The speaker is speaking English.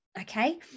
okay